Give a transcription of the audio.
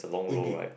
indeed